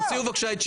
תוציאו אותו בבקשה.